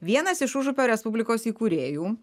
vienas iš užupio respublikos įkūrėjų